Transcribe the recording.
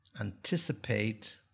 Anticipate